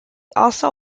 also